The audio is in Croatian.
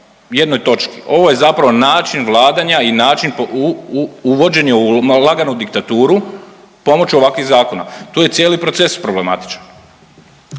jednoj točki. Ovo je zapravo način vladanja i način uvođenja u laganu diktaturu pomoću ovakvih zakona. Tu je cijeli proces problematičan.